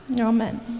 Amen